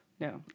No